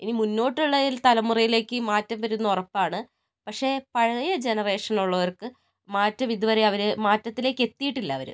ഇനി മുന്നോട്ടുള്ളയിൽ തലമുറയിലേക്ക് ഈ മാറ്റം വരുംന്ന് ഉറപ്പാണ് പക്ഷേ പഴയ ജനറേഷനുള്ളവർക്ക് മാറ്റം ഇതുവരെ അവർ മാറ്റത്തിലേക്ക് എത്തിയിട്ടില്ല അവർ